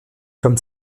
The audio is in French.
comme